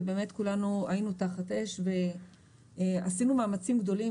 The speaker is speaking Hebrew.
וכולנו באמת היינו תחת אש ועשינו מאמצים גדולים.